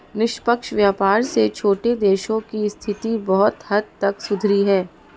निष्पक्ष व्यापार से छोटे देशों की स्थिति बहुत हद तक सुधरी है